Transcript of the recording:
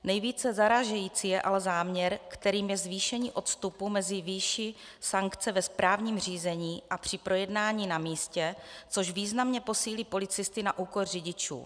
Nejvíce zarážející je ale záměr, kterým je zvýšení odstupu mezi výší sankce ve správním řízení a při projednání na místě, což významně posílí policisty na úkor řidičů.